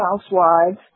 housewives